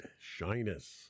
Shyness